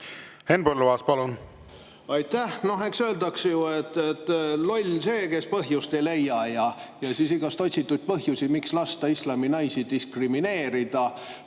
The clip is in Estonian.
Henn Põlluaas, palun! Aitäh! Eks öeldakse ju, et loll on see, kes põhjust ei leia. Igasuguseid otsitud põhjusi, miks lasta islami naisi diskrimineerida,